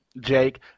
Jake